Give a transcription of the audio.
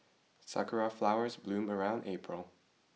sakura flowers bloom around April